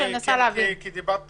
כי דיברת פוליטיקה.